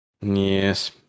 Yes